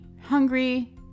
hungry